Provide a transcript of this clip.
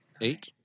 Eight